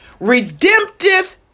Redemptive